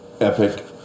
epic